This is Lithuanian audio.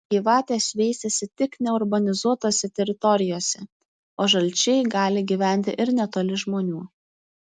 gyvatės veisiasi tik neurbanizuotose teritorijose o žalčiai gali gyventi ir netoli žmonių